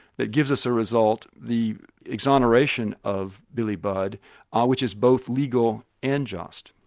that gives us a result, the exoneration of billy budd ah which is both legal and just.